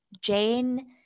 Jane